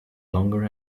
longer